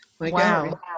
wow